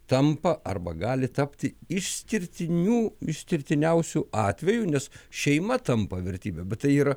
tampa arba gali tapti išskirtiniu išskirtiniausiu atveju nes šeima tampa vertybe bet tai yra